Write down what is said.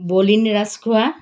Bolin Rajkhowa